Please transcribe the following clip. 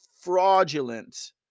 fraudulent